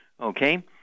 okay